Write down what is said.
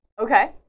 Okay